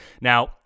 now